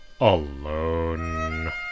alone